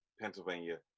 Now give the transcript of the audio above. pennsylvania